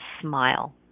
smile